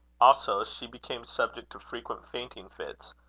also, she became subject to frequent fainting fits,